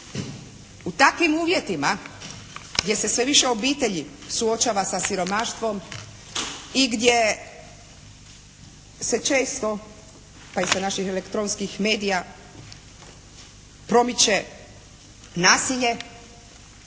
U takvim uvjetima gdje se sve više obitelji suočava sa siromaštvom i gdje se često kaj se naših elektronskih medija promiče nasilje